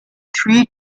three